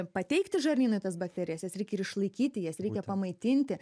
pateikti žarnynui tas bakterijas jas reikia ir išlaikyti jas reikia pamaitinti